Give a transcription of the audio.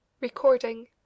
Recording